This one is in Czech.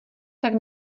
tak